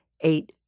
eight